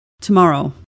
Tomorrow